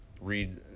read